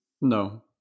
No